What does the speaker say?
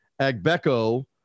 Agbeko